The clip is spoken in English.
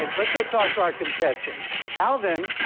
let's go talk to our contestants. alvin,